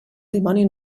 dimoni